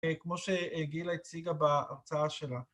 ‫כמו שגילה הציגה בהרצאה שלה.